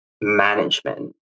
management